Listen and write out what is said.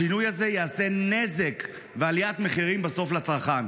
השינוי הזה יעשה נזק ובסוף, עליית מחירים לצרכן.